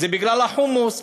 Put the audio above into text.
זה בגלל החומוס,